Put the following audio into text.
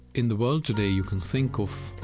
in the world today, you can think of